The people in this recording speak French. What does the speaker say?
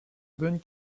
bonne